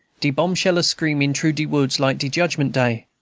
de bombshell a-screamin' troo de woods like de judgment day,